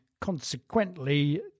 consequently